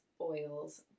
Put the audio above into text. oils